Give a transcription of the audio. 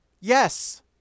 Yes